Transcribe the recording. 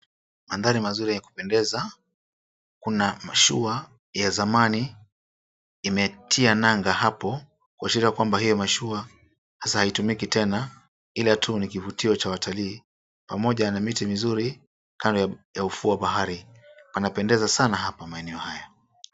Mandhari mazuri ya kupendeza. Kuna mashua ya zamani, imetia nanga hapo kuashiria kuwa hiyo mashua sasa haitumiki tena ila tu ni kivutio cha watalii. Pamoja na miti mizuri kando ya ufuo wa bahari, panapendeza sana hapa maeneo haya.